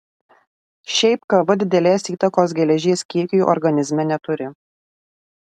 šiaip kava didelės įtakos geležies kiekiui organizme neturi